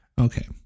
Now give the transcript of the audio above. Okay